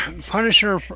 Punisher